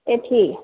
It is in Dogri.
एह् ठीक ऐ